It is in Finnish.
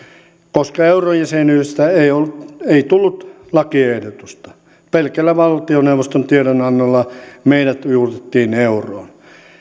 koska eurojäsenyydestä ei tullut lakiehdotusta pelkällä valtioneuvoston tiedonannolla meidät ujutettiin euroon